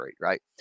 Right